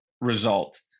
result